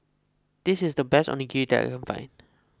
this is the best Onigiri that I can find